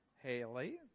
Haley